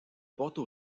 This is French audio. porto